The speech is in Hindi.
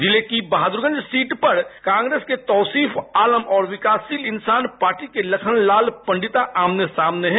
जिले की बहादुरगंज सीट पर कांग्रेस के तौसीफ आलम और विकासशील इंसान पार्टी के लखन लाल पंडिता आमने सामने हैं